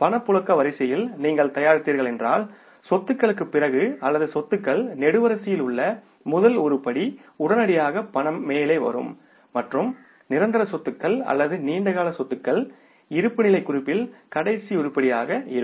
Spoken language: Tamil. பணப்புழக்க வரிசையில் நீங்கள் தயாரிக்கிறீர்கள் என்றால் சொத்துக்களுக்குப் பிறகு அல்லது சொத்துக்கள் நெடுவரிசையில் உள்ள முதல் உருப்படி உடனடியாக ரொக்கம் மேலே வரும் மற்றும் நிரந்தர சொத்துக்கள் அல்லது நீண்ட கால சொத்துகள் இருப்புநிலைக் குறிப்பில் கடைசி உருப்படியாக இருக்கும்